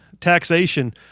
taxation